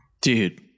Dude